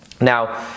Now